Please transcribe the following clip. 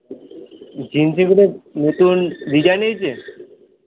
গেঞ্জিগুলো নতুন ডিজাইন এয়েচে